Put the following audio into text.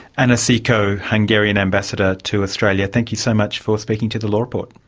anna siko, hungarian ambassador to australia, thank you so much for speaking to the law report.